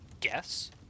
guess